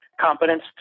competence